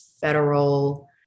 federal